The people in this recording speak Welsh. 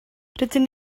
rydyn